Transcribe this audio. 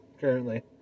currently